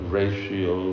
ratio